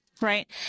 right